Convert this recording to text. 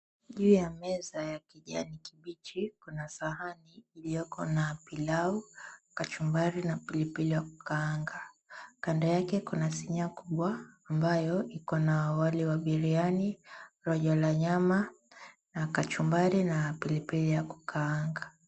Juu ya meza ya kijani kibichi kuna sahani ilioko na pilau, kachumbari na pilipili ya kukaanga, kando yake kuna sinia kubwa ambayo iko na wali wa biriani, rojo la nyama na kachumbari na pilipili ya kukaanga.